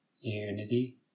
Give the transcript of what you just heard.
Unity